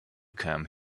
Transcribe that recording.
came